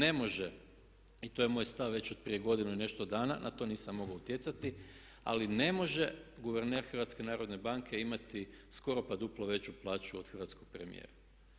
Ne može i to je moj stav već od prije godinu i nešto dana, na to nisam mogao utjecati ali ne može guverner HNB-a imati skoro pa duplo veću plaću od hrvatskog premijera.